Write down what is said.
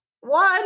one